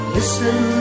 Listen